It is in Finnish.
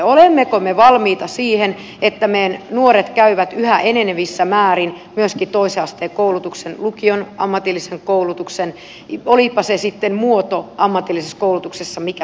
olemmeko me valmiita siihen että meidän nuoret käyvät yhä enenevissä määrin myöskin toisen asteen koulutuksen lukion ammatillisen koulutuksen olipa se muoto ammatillisessa koulutuksessa sitten mikä tahansa